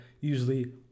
usually